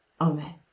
Amen